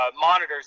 monitors